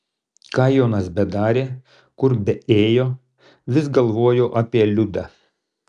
ką jonas bedarė kur beėjo vis galvojo apie liudą